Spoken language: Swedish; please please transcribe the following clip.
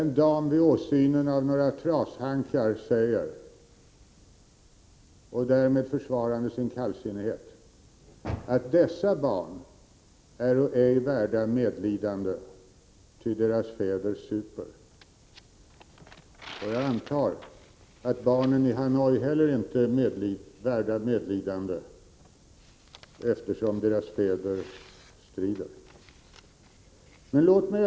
En dam säger följande till försvar för sin kallsinnighet vid åsynen av några trashankar: ”Dessa barn äro ej värda medlidande ty deras fäder super.” Jag antar att barnen i Hanoi inte heller är värda medlidande med anledning av att deras fäder strider.